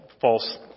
false